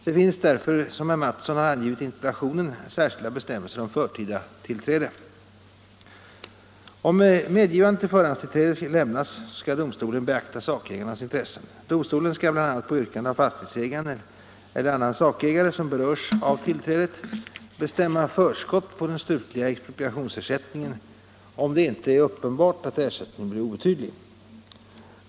Det finns därför, som herr Mattsson har angivit i interpellationen, särskilda bestämmelser om förtida tillträde . Om medgivande till förhandstillträde lämnas skall domstolen beakta sakägarnas intressen. Domstolen skall bl.a. på yrkande av fastighetsägaren eller annan sakägare som berörs av tillträdet bestämma förskott på den slutliga expropriationsersättningen, om det inte är uppenbart att ersättningen blir obetydlig.